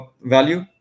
value